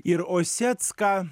ir osecka